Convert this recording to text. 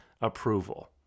approval